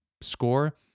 score